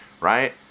Right